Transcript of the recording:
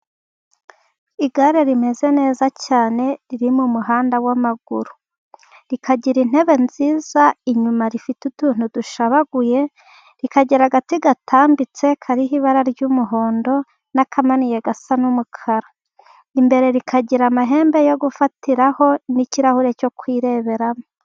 Igare rimeze neza cyane, riri mu muhanda wamaguru. Rikagira intebe nziza, inyuma rifite utuntu dushabaguye, rikagira agati gatambitse kariho ibara ry'umuhondo n'akamaniye gasa n'umukara. Imbere rikagira amahembe yo gufatiraho n'ikirahure cyo kwireberamo.